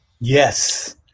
Yes